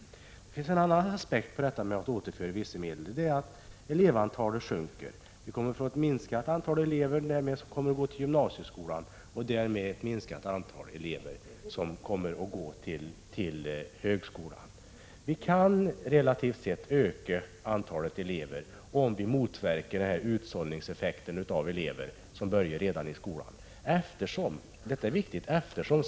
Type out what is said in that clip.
Det finns en annan aspekt på detta med att återföra vissa medel. Det är att antalet elever sjunker. Antalet elever som studerar i gymnasieskolan kommer att minska, och därmed kommer ett mindre antal att gå vidare till högskolan. Vi kan relativt sett öka antalet elever, om vi motverkar utsållningen av elever, som börjar redan i grundskolan.